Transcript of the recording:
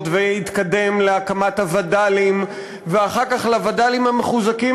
והתקדם להקמת הווד"לים ואחר כך לווד"לים המחוזקים,